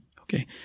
Okay